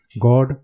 God